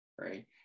right